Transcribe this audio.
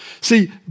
See